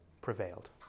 prevailed